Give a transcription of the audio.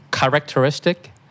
characteristic